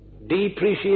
depreciate